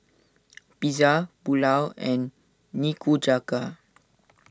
Pizza Pulao and Nikujaga